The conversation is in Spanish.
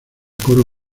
coro